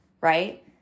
Right